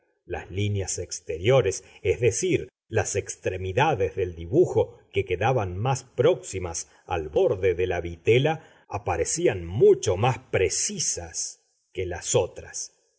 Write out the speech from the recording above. las líneas exteriores es decir las extremidades del dibujo que quedaban más próximas al borde de la vitela aparecían mucho más precisas que las otras